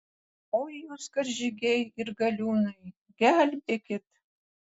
oi jūs karžygiai ir galiūnai gelbėkit